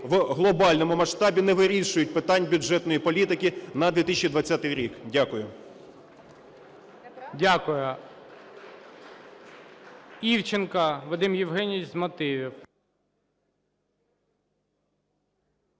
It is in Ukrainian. в глобальному масштабі не вирішують питань бюджетної політики на 2020 рік. Дякую. ГОЛОВУЮЧИЙ. Дякую. Івченко Вадим Євгенович з мотивів.